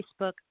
Facebook